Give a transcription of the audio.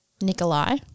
Nikolai